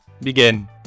begin